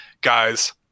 guys